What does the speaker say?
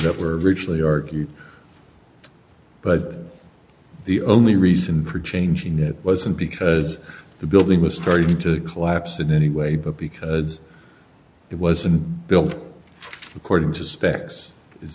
that were originally orgon but the only reason for changing it wasn't because the building was starting to collapse in any way but because it wasn't built according to specs is